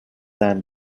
than